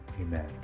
Amen